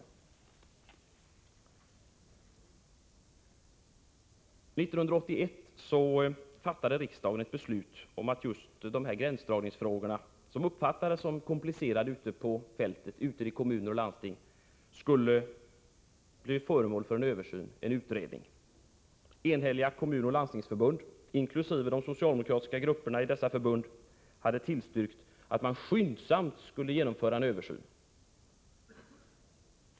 1981 fattade riksdagen ett beslut om att just de här gränsdragningsfrågorna, som uppfattades som komplicerade ute på fältet i kommuner och landsting, skulle bli föremål för en utredning. Enhälliga Kommunoch Landstingsförbund, inkl. de socialdemokratiska grupperna i dessa förbund, hade tillstyrkt att man skyndsamt skulle genomföra en översyn.